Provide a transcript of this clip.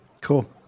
Cool